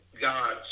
God's